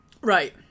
right